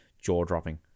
jaw-dropping